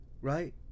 right